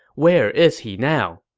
where is he now?